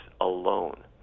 alone